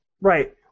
Right